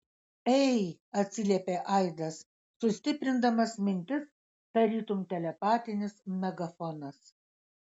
ei atsiliepė aidas sustiprindamas mintis tarytum telepatinis megafonas